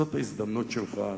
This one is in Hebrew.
זאת ההזדמנות שלך,